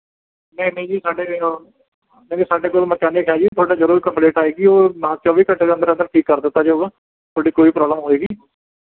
ਨਹੀਂ ਨਹੀਂ ਜੀ ਸਾਡੇ ਸਾਡੇ ਕੋਲ ਮਕੈਨਿਕ ਹੈ ਜੀ ਤੁਹਾਡੀ ਜਦੋਂ ਵੀ ਕੰਪਲੇਂਟ ਆਵੇਗੀ ਉਹ ਨਾ ਚੌਵੀ ਘੰਟੇ ਦੇ ਅੰਦਰ ਅੰਦਰ ਠੀਕ ਕਰ ਦਿੱਤਾ ਜਾਵੇਗਾ ਤੁਹਾਡੀ ਕੋਈ ਪ੍ਰੋਬਲਮ ਹੋਵੇਗੀ